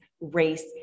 race